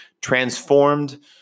transformed